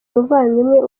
umuvandimwe